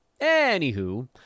Anywho